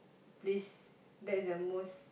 place that's the most